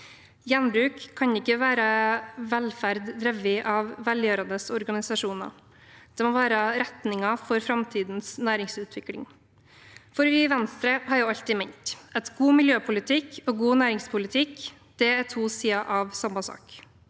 Gjenbruk kan ikke være velferd drevet av velgjørende organisasjoner – det må være retningen for framtidens næringsutvikling. Vi i Venstre har alltid ment at god miljøpolitikk og god næringspolitikk er to sider av samme sak.